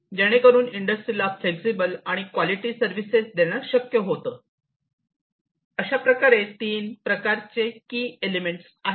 जेणेकरून इंडस्ट्रीला फ्लेक्झिबल आणि क्वालिटी सर्विसेस देणं शक्य होतं अशा प्रकारे तीन प्रकारचे की एलिमेंट्स आहेत